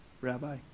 Rabbi